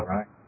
Right